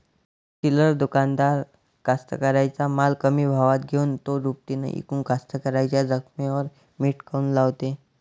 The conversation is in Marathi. चिल्लर दुकानदार कास्तकाराइच्या माल कमी भावात घेऊन थो दुपटीनं इकून कास्तकाराइच्या जखमेवर मीठ काऊन लावते?